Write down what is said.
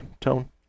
Tone